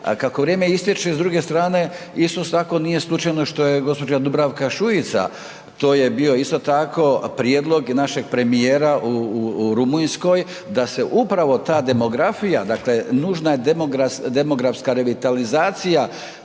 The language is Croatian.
Kako vrijeme istječe s druge strane isto tako nije slučajno što je gospođa Dubravka Šuica, to je bio isto tako prijedlog našeg premijera u Rumunjskoj, da se upravo ta demografija dakle nužna je demografska revitalizacija